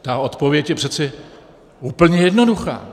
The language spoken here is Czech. Ta odpověď je přeci úplně jednoduchá.